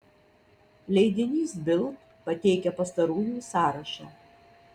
leidinys bild pateikia pastarųjų sąrašą